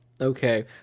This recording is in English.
Okay